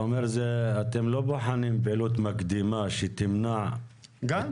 אתה אומר שאתם לא בוחנים פעילות מקדימה שתמנע את